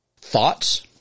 Thoughts